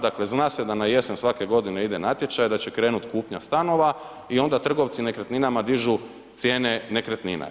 Dakle zna se da na jesen svake godine ide natječaj, da će krenuti kupnja stanova i onda trgovci nekretninama dižu cijene nekretnina.